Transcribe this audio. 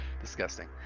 disgusting